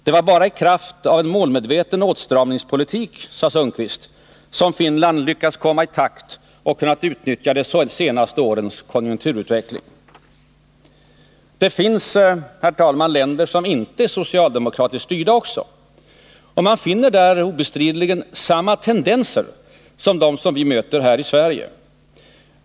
Det var bara i kraft av en målmedveten åtstramningspolitik, sade Ulf Sundqvist, som Finland lyckats komma i takt och kunnat utnyttja de senaste årens konjunkturutveckling. Det finns också, herr talman, länder som inte är socialdemokratiskt styrda. Man finner obestridligen där samma tendenser som dem vi möter här i Sverige.